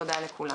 תודה לכולם.